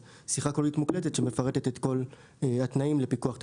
זאת שיחה מוקלטת שמפרטת את כל התנאים של פיקוח טכנולוגי.